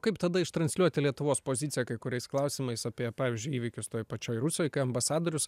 kaip tada ištransliuoti lietuvos poziciją kai kuriais klausimais apie pavyzdžiui įvykius toj pačioj rusijoj kai ambasadorius